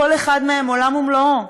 כל אחד הוא עולם ומלואו,